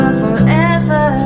forever